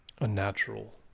unnatural